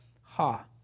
ha